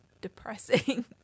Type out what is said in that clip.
depressing